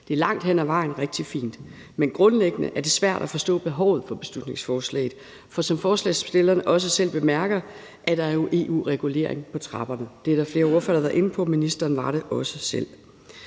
Det er langt hen ad vejen rigtig fint. Men grundlæggende er det svært at forstå behovet for beslutningsforslaget. For som forslagsstillerne også selv bemærker, er der jo EU-regulering på trapperne. Det er der flere ordførere der har været inde på. Ministeren var det også selv.